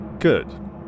Good